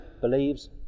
believes